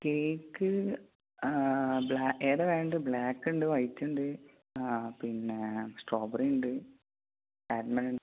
cake ഏതാണ് വേണ്ടത് black ഉണ്ട് വൈറ്റ് ഉണ്ട് പിന്നേ സ്ട്രോബെറി ഉണ്ട് ആൽമണ്ട്